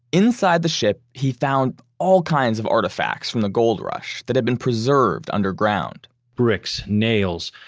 inside the ship, he found all kinds of artifacts from the gold rush that had been preserved underground bricks, nails,